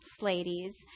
ladies